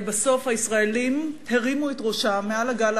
הרי בסוף הישראלים הרימו את ראשם מעל הגל